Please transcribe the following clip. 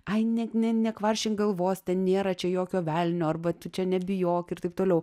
ai net ne nekvaršink galvos ten nėra čia jokio velnio arba tu čia nebijok ir taip toliau